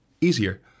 easier